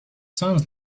sounds